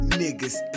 niggas